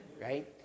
Right